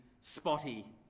spotty